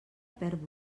perd